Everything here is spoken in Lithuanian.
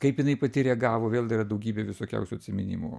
kaip jinai pati reagavo vėl yra daugybė visokiausių atsiminimų